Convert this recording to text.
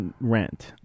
Rent